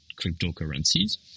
cryptocurrencies